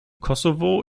kosovo